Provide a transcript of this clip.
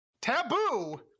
Taboo